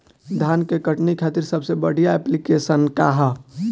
धान के कटनी खातिर सबसे बढ़िया ऐप्लिकेशनका ह?